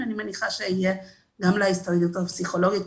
ואני מניחה שיהיה גם להסתדרות הפסיכולוגים,